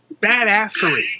badassery